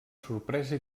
sorpresa